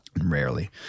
Rarely